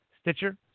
Stitcher